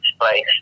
place